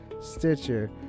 Stitcher